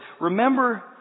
remember